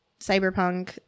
Cyberpunk